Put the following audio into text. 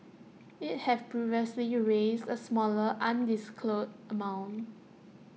IT have previously raised A smaller undisclosed amount